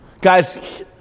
Guys